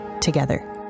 together